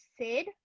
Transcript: Sid